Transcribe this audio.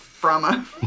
Brahma